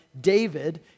David